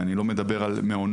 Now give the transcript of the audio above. אני לא מדבר על מעונות,